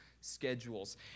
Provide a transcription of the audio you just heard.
schedules